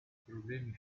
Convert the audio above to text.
problemi